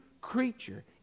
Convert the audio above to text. creature